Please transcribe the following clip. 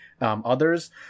others